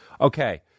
Okay